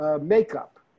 makeup